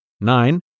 Nine